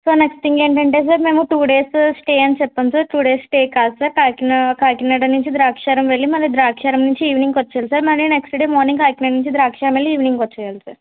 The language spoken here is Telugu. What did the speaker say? సో నెక్స్ట్ థింగ్ ఏంటి అంటే సార్ మేము టు డేస్ స్టే అని చెప్పాం సార్ టు డేస్ స్టే కాదు సార్ కాకి కాకినాడ నుంచి ద్రాక్షారం వెళ్ళి మళ్ళి ద్రాక్షారం నుంచి ఈవినింగ్ కి వచ్చే సార్ మళ్ళి నెక్స్ట్ డే కాకినాడ నుంచి ద్రాక్షారం వెళ్ళి ఈవెనింగ్ వచ్చెయ్యాలి సార్